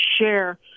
share